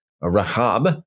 Rahab